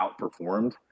outperformed